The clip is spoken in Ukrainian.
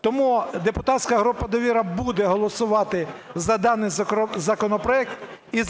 Тому депутатська група "Довіра" буде голосувати за даний законопроект і